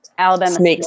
Alabama